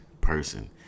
person